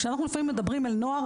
כשאנחנו לפעמים מדברים אל נוער,